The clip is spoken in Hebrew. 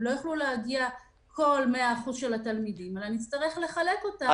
לא יוכלו להגיע כל הילדים, נצטרך לחלק אותם.